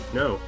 no